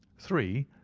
three.